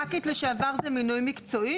ח"כית לשעבר זה מינוי מקצועי?